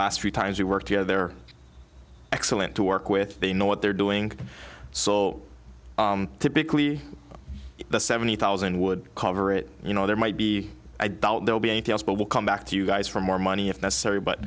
last few times you work here they're excellent to work with they know what they're doing so typically the seventy thousand would cover it you know there might be i doubt they'll be anything else but we'll come back to you guys for more money if necessary but